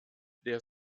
der